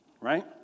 Right